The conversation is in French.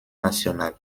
national